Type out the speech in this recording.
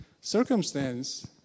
circumstance